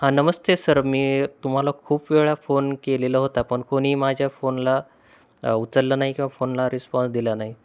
हा नमस्ते सर मी तुम्हाला खूप वेळा फोन केलेला होता पण कोणी माझ्या फोनला उचलला नाही किंवा फोनला रिस्पॉन्स दिला नाही